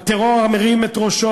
הטרור המרים את ראשו,